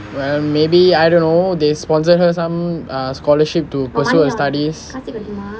well maybe I don't know they sponsored her some err scholarship to pursue her studies